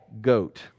goat